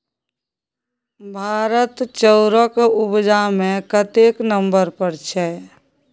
भारत चाउरक उपजा मे कतेक नंबर पर छै?